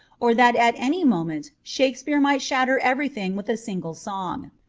or that at any moment shake speare might shatter everything with a single song.